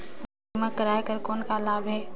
बीमा कराय कर कौन का लाभ है?